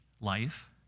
life